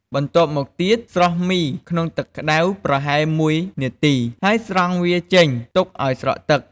បន្ទាប់មកទៀត ស្រុះមីក្នុងទឹកក្តៅ ប្រហែល ១នាទី ហើយស្រង់វាចេញ ទុកឱ្យស្រក់ទឹក ។